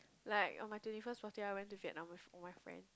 like on my twenty first birthday I went to Vietnam with all my friend